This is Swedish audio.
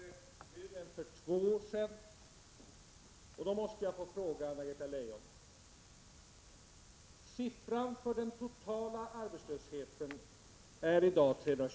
Herr talman! Anna-Greta Leijon säger att arbetslöshetssituationen är klart bättre nu än för ett år sedan och också klart bättre nu än för två år sedan.